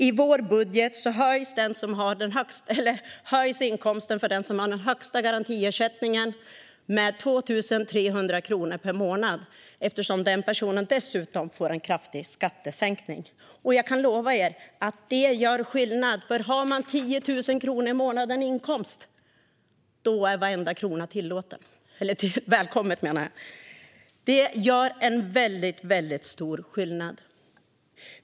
I vår budget höjs inkomsten för den som har den högsta garantiersättningen med 2 300 kronor per månad, eftersom den personen dessutom får en kraftig skattesänkning. Jag kan lova er att det gör skillnad. Om man har 10 000 kronor i månaden i inkomst är varenda krona välkommen. Det gör alltså en väldigt stor skillnad.